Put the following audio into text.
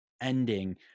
ending